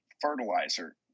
fertilizer